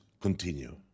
continue